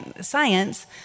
science